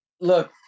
look